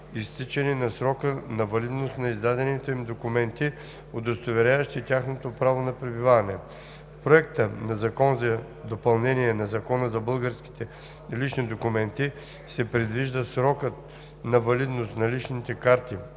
изтичане на срока на валидност на издадените им документи, удостоверяващи тяхното право на пребиваване. В Законопроекта за допълнение на Закона за българските лични документи се предвижда срокът на валидност на личните карти